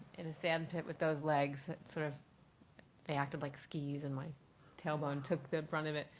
in a sand pit with those legs. sort of they acted like skis and my tailbone took the brunt of it.